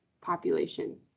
population